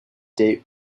date